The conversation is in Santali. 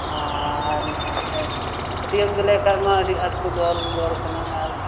ᱟᱨ ᱱᱚᱜᱼᱚᱸᱭ ᱛᱮᱫ ᱦᱟᱹᱴᱤᱭᱟᱹᱢ ᱤᱫᱤ ᱞᱮᱠᱚ ᱠᱷᱟᱡᱢᱟ ᱟᱹᱰᱤ ᱟᱸᱴ ᱠᱚ ᱫᱚᱨ ᱫᱚᱨ ᱠᱟᱱᱟ ᱟᱨ